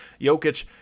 Jokic